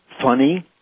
funny